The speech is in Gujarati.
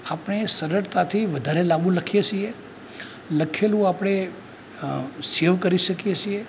આપણે સરળતાથી વધારે લાંબુ લખીએ છીએ લખેલું આપણે સેવ કરી શકીએ છીએ